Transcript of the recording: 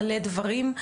מלא דברים,